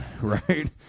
right